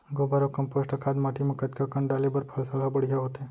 गोबर अऊ कम्पोस्ट खाद माटी म कतका कन डाले बर फसल ह बढ़िया होथे?